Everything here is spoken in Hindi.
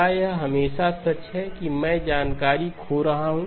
क्या यह हमेशा सच है कि मैं जानकारी खो रहा हूं